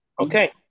Okay